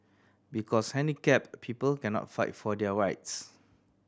because handicapped people cannot fight for their rights